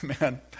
Man